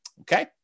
Okay